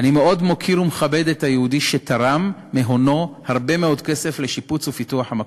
אני מאוד מוקיר ומכבד את היהודי שתרם מהונו הרבה מאוד כסף לשיפוץ המקום,